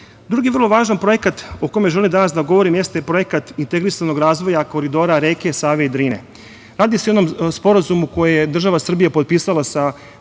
vrlo važan projekat o kome želim danas da govorim jeste projekat integrisanog razvoja koridora reke Save i Drine. Radi se o jednom sporazumu koji je država Srbija potpisala sa